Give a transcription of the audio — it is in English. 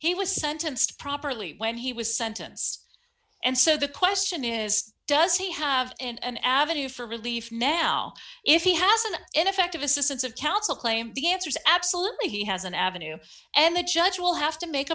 he was sentenced properly when he was sentenced and so the question is does he have an avenue for relief now if he has an ineffective assistance of counsel claim the answer is absolutely he has an avenue and the judge will have to make